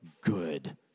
good